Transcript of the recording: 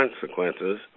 consequences